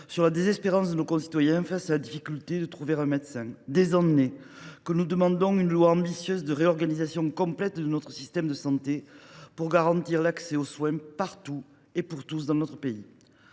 sur la désespérance de nos concitoyens face à la difficulté de trouver un médecin, des années que nous demandons une loi ambitieuse de réorganisation complète de notre système de santé pour garantir l’accès aux soins dans notre pays,